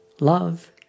Love